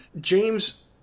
James